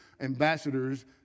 ambassadors